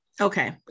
Okay